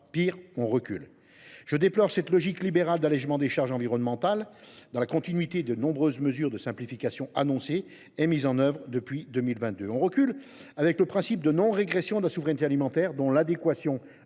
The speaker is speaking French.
pire, on recule ! Je déplore cette logique libérale d’allégement des règles environnementales, dans la continuité des nombreuses mesures de simplification annoncées et mises en œuvre depuis 2022. On recule avec le principe de « non régression de la souveraineté alimentaire », dont l’adéquation